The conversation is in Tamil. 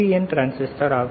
என் டிரான்சிஸ்டர் ஆகும்